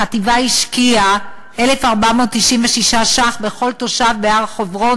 החטיבה השקיעה 1,496 ש"ח בכל תושב בהר-חברון,